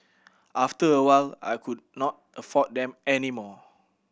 after a while I could not afford them any more